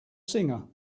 singer